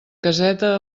caseta